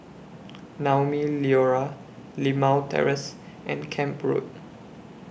Naumi Liora Limau Terrace and Camp Road